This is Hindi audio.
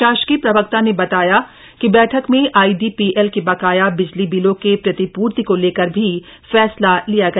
शासकीय प्रवक्ता ने बताया कि बैठक में आईडीपीएल के बकाया बिजली बिलों के प्रतिपूर्ति को लेकर भी फैसला लिया गया